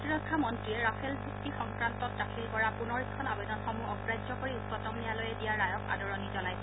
প্ৰতিৰক্ষা মন্ত্ৰী ৰাফেল চুক্তি সংক্ৰান্তে দাখিল কৰা পুনৰীক্ষণ আৰেদনসমূহ অগ্ৰাহ্য কৰি উচ্চতম ন্যায়ালয়ে দিয়া ৰায়ক আদৰণি জনাইছে